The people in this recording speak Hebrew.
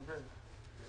בבקשה.